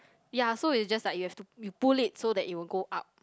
ya so it's just like you have to you pull it so that it will go up